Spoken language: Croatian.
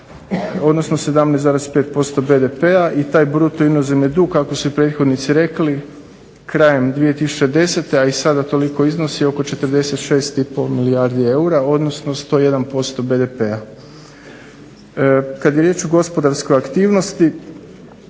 odnosno 17,5% BDP-a i taj bruto inozemni dug kako su prethodnici reko krajem 2010. a i sa sada toliko iznosi oko 46 i pol milijardi eura, odnosno 101% BDP-a. Kad je riječ o gospodarskoj aktivnosti